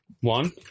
one